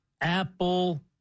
Apple